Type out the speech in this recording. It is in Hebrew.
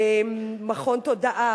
"מכון תודעה",